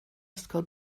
ysgol